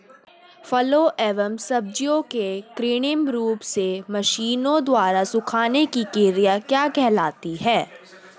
फलों एवं सब्जियों के कृत्रिम रूप से मशीनों द्वारा सुखाने की क्रिया क्या कहलाती है?